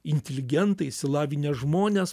inteligentai išsilavinę žmonės